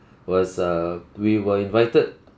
was err we were invited